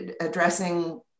addressing